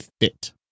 fit